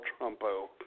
Trumpo